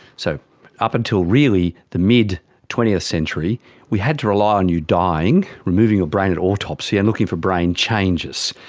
so up until really the mid twentieth century we had to rely on you dying, removing your brain at autopsy and looking for brain changes.